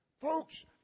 Folks